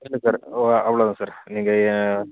இல்லை சார் அவ்வளோதான் சார் நீங்கள் என்